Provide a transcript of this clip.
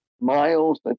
miles